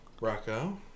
Rocco